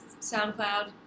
SoundCloud